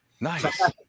nice